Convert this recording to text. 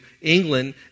England